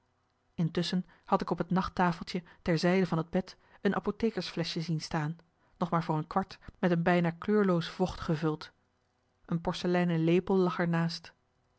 intusschen had ik op het nachtafeltje ter zijde van het bed een apothekersfleschje zien staan nog maar voor een kwart met een bijna kleurloos vocht gevuld een porseleinen lepel lag er naast